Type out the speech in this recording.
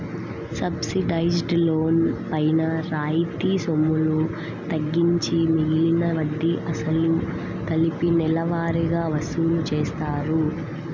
subsidised loan పైన రాయితీ సొమ్ములు తగ్గించి మిగిలిన వడ్డీ, అసలు కలిపి నెలవారీగా వసూలు చేస్తారు